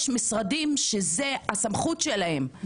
יש משרדים שזאת הסמכות שלהם.